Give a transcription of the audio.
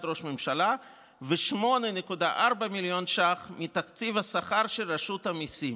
ראש הממשלה ו-8.4 מיליון ש"ח מתקציב השכר של רשות המיסים.